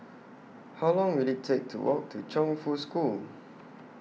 How Long Will IT Take to Walk to Chongfu School